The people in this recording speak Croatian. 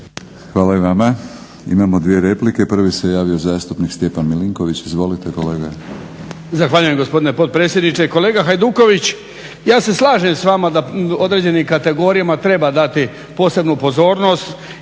Hvala i vama. Imamo dvije replike. Prvi se javio zastupnik Stjepan Milinković. Izvolite kolega. **Milinković, Stjepan (HDZ)** Zahvaljujem, gospodine potpredsjedniče. Kolega Hajduković, ja se slažem s vama da određenim kategorijama treba dati posebnu pozornost